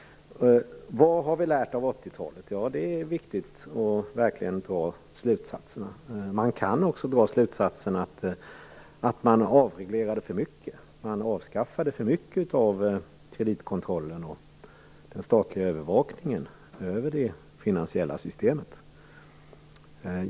Vad har vi lärt av 1980-talet? Det är viktigt att verkligen dra slutsatser. Man kan dra slutsatsen att man avreglerade för mycket. Man avskaffade för mycket av kreditkontrollen och den statliga övervakningen över det finansiella systemet.